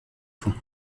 pont